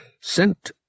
sent